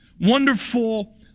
wonderful